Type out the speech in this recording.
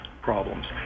problems